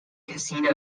casino